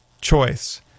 choice